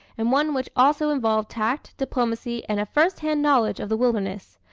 and one which also involved tact, diplomacy, and a first-hand knowledge of the wilderness.